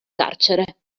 carcere